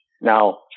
Now